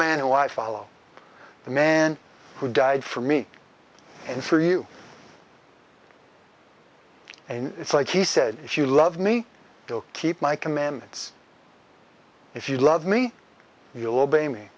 i follow the man who died for me and for you and it's like he said if you love me to keep my commandments if you love me you'll obey me